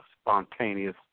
spontaneous